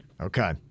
Okay